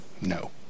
No